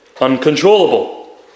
uncontrollable